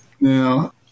Now